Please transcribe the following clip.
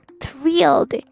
thrilled